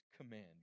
command